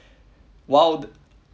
while b~